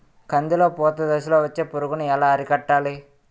కందిలో పూత దశలో వచ్చే పురుగును ఎలా అరికట్టాలి?